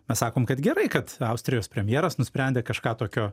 mes sakom kad gerai kad austrijos premjeras nusprendė kažką tokio